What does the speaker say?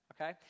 Okay